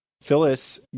phyllis